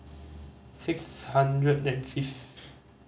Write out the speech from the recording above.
six hundred and fifth